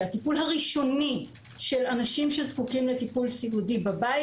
שהטיפול הראשוני של אנשים שזקוקים לטיפול סיעודי בבית,